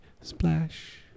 Splash